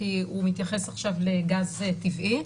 כי הוא מתייחס עכשיו לגז טבעי,